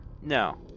no